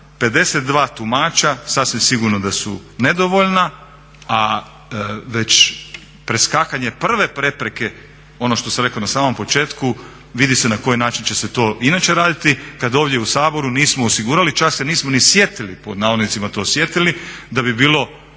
52 tumača, sasvim sigurno da su nedovoljna, a već preskakanje prve prepreke ono što sam rekao na samom početku vidi se na koji način će se to inače raditi kad ovdje u Saboru nismo osigurali, čak se nismo ni sjetili pod navodnicima to sjetili da bi bilo